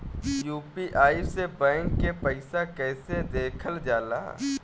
UPI से bank के पैसा कैसे देखल जाला?